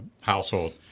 household